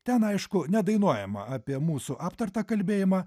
ten aišku nedainuojama apie mūsų aptartą kalbėjimą